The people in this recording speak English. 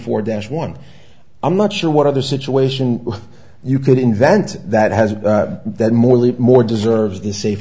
four dash one i'm not sure what other situation you could invent that has that more leap more deserves the safe